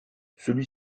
celui